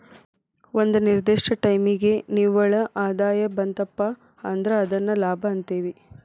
ಒಂದ ನಿರ್ದಿಷ್ಟ ಟೈಮಿಗಿ ನಿವ್ವಳ ಆದಾಯ ಬಂತಪಾ ಅಂದ್ರ ಅದನ್ನ ಲಾಭ ಅಂತೇವಿ